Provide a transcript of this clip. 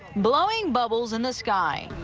blowing bubbles in the sky.